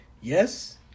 Yes